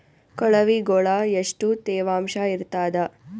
ಕೊಳವಿಗೊಳ ಎಷ್ಟು ತೇವಾಂಶ ಇರ್ತಾದ?